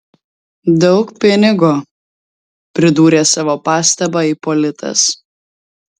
daug pinigo pridūrė savo pastabą ipolitas